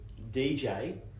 DJ